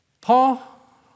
Paul